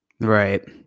Right